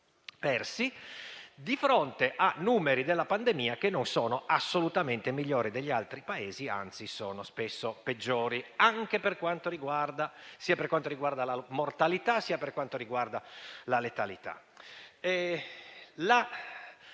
questo di fronte a numeri della pandemia che non sono assolutamente migliori di quelli degli altri Paesi, anzi sono spesso peggiori sia per quanto riguarda la mortalità che la letalità.